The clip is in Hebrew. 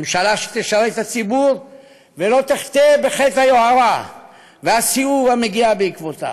ממשלה שתשרת את הציבור ולא תחטא בחטא היוהרה והסיאוב המגיע בעקבותיו,